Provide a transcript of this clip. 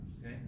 Okay